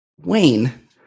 Wayne